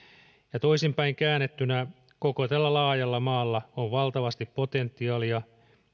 ja toisin päin käännettynä koko tällä laajalla maalla on valtavasti potentiaalia